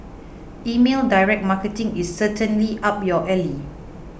email direct marketing is certainly up your alley